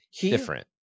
different